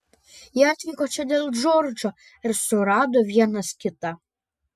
jie atvyko čia dėl džordžo ir surado vienas kitą